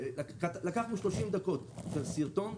לקחנו שלושים דקות של סרטון,